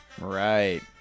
Right